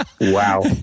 Wow